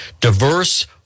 diverse